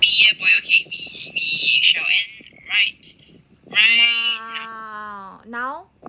now